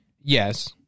Yes